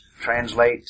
Translate